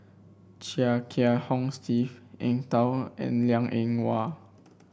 Chia Kiah Hong Steve Eng Tow and Liang Eng Hwa